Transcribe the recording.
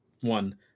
one